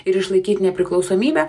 ir išlaikyt nepriklausomybę